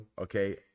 okay